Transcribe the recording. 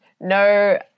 no